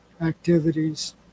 activities